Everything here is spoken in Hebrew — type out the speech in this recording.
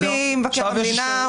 לפי מבקר המדינה,